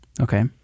okay